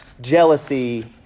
jealousy